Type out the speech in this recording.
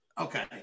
Okay